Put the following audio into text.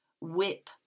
Whip